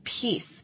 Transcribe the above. Peace